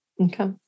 Okay